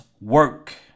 work